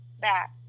back